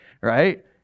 Right